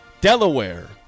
Delaware